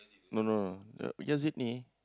no no no just need ni